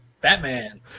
Batman